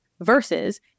versus